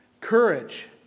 Courage